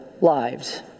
lives